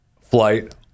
flight